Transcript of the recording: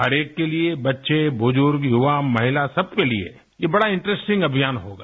हर एक के लिए बच्चे बुजुर्ग युवा महिला सब के लिए ये बड़ा इन्ट्रसटिंग अभियान होगा